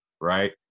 right